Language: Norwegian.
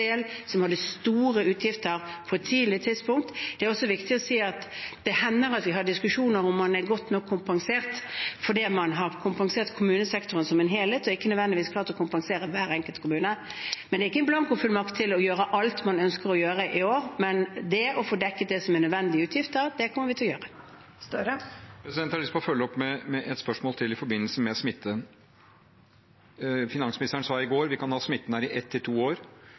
som hadde store utgifter på et tidlig tidspunkt. Det er også viktig å si at det hender at vi har diskusjoner om hvorvidt man er godt nok kompensert, fordi man har kompensert kommunesektoren som en helhet og ikke nødvendigvis klart å kompensere hver enkelt kommune. Dette er ikke en blankofullmakt til å gjøre alt man ønsker å gjøre i år, men vi kommer til å dekke nødvendige utgifter. Jonas Gahr Støre – til oppfølgingsspørsmål. Jeg har lyst til å følge opp med ett spørsmål til om smitte. Finansministeren sa i går at vi kan ha smitten her i ett til to år,